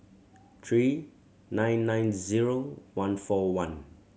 three nine nine zero one four one